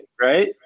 right